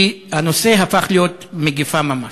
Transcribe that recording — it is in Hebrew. כי הנושא הפך להיות מגפה ממש.